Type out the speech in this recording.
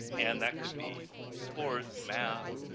and that could be sports, math,